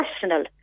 personal